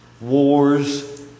wars